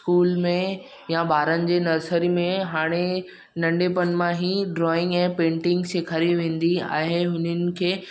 school में या ॿारनि जी नर्सरी में हाणे नढपिणु मां ई ड्राईंग ऐं पैटिंग सेखारी वेंदी आहे हुननि खे